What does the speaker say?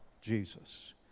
Jesus